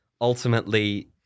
ultimately